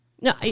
No